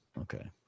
Okay